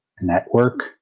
network